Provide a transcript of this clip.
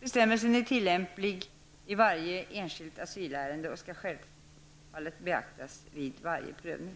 Bestämmelsen är tillämplig i varje enskilt asylärende och skall självfallet beaktas vid varje prövning.